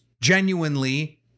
genuinely